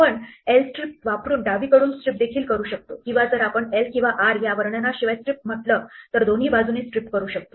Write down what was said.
आपण l strip वापरून डावीकडून strip देखील करू शकतो किंवा जर आपण l किंवा r या वर्णनाशिवाय strip म्हटली तर दोन्ही बाजूंना strip करू शकतो